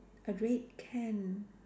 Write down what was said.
a red can